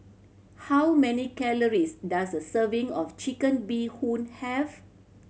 how many calories does a serving of Chicken Bee Hoon have